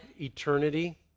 eternity